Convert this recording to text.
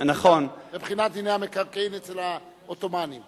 מבחינת דיני המקרקעין אצל העות'מאנים.